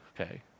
Okay